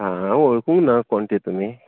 आं हांव वळखूंक ना कोण ती तुमी